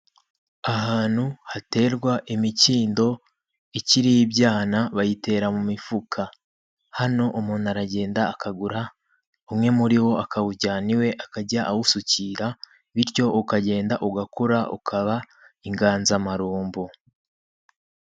Ahantu haterwa imikindo ikiri ibyana, bayitera mu mifuka, hano umuntu aragenda akagura umwe muri yo akawujyana iwe, akajya awusukira, bityo ukagenda ugakura ukaba inganzamarumbo.